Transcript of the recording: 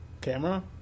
Camera